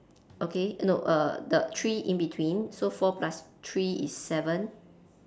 okay no err the three in between so four plus three is seven